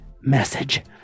message